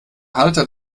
halter